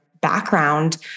background